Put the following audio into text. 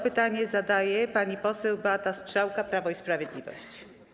Pytanie zadaje pani poseł Beata Strzałka, Prawo i Sprawiedliwość.